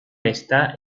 está